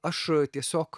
aš tiesiog